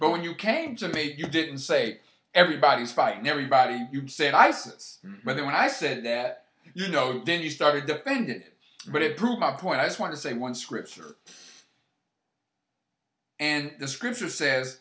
but when you came to me you didn't say everybody is fighting everybody you say isis but then when i said that you know then you started to bend it but it proves my point i just want to say one scripture and the scripture says